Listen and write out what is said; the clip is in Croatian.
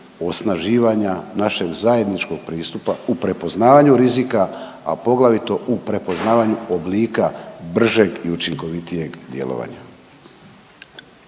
osnaživanja našeg zajedničkog pristupa u prepoznavanju rizika, a poglavito u prepoznavanju oblika bržeg i učinkovitijeg djelovanja.